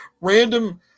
random